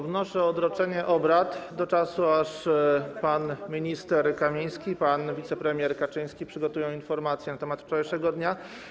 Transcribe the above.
Wnoszę o odroczenie obrad do czasu, aż pan minister Kamiński i pan wicepremier Kaczyński przygotują informację na temat wczorajszego dnia.